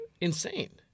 insane